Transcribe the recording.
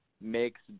makes